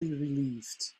relieved